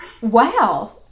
Wow